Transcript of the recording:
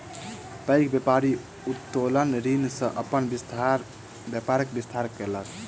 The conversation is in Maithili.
पैघ व्यापारी उत्तोलन ऋण सॅ अपन व्यापारक विस्तार केलक